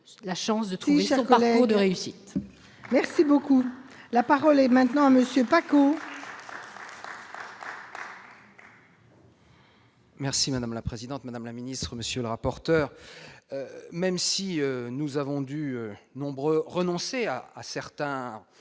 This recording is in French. la chance de trouver parler de réussite. Merci beaucoup, la parole est maintenant à monsieur Pacaud. Merci madame la présidente, Madame la Ministre, monsieur le rapporteur, même si nous avons du nombre, renoncer à certains